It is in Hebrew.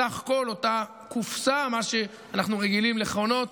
סך כל אותה קופסה, מה שאנחנו רגילים לכנות,